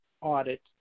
audit